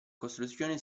costruzione